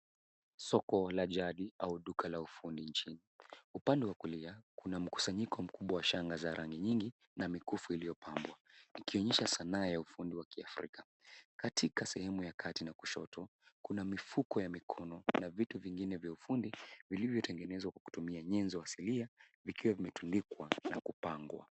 Soko la jadi au duka la ufundi nchini. Upande wa kulia kuna mkusanyiko mkubwa wa shanga za rangi nyingi na mikufu iliyopambwa, ikionyesha sanaa ya ufundi wa kiafrika. Katika sehemu ya kati na kushoto, kuna mifuko ya mikono na vitu vingine vya ufundi vilivyotengenewza kutumia nyenzo asilia vikiwa vimetundikwa na kupangwa.